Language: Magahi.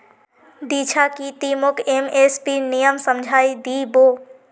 दीक्षा की ती मोक एम.एस.पीर नियम समझइ दी बो